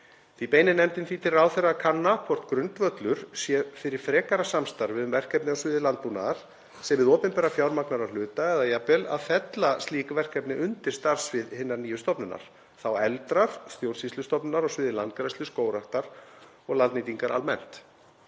Því beinir nefndin því til ráðherra að kanna hvort grundvöllur sé fyrir frekara samstarfi um verkefni á sviði landbúnaðar sem hið opinbera fjármagnar að hluta eða jafnvel að fella slík verkefni undir starfssvið hinnar nýju stofnunar, þá efldrar stjórnsýslustofnunar á sviði landgræðslu, skógræktar og landnýtingar almennt.